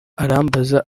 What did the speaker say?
arambaza